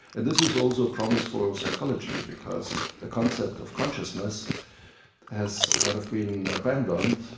and this is also promise for psychology because the concept of consciousness has kind of been abandoned.